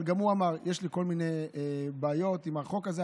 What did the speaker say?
אבל גם הוא אמר: יש לי כול מיני בעיות עם החוק הזה,